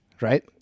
Right